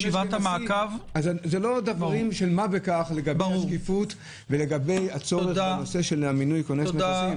זה לא דברים של מה בכך לגבי שקיפות ולגבי הצורך במינוי כונס נכסים.